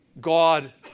God